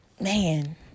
man